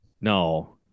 no